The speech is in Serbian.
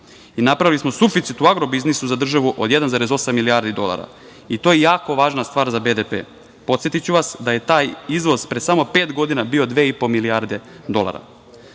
Napravili smo suficit u agro biznisu za državu od 1,8 milijardi dolara i to je jako važna stvar za BDP. Podsetiću vas da je taj izvoz pre samo pet godina bio 2,5 milijarde dolara. Takođe,